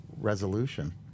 resolution